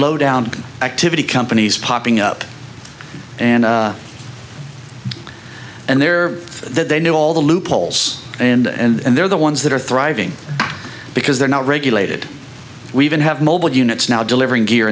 low down activity companies popping up and and there that they knew all the loopholes and they're the ones that are thriving because they're not regulated we even have mobile units now delivering gear